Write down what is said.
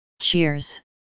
Cheers